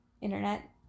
internet